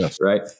Right